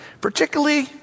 particularly